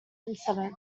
incident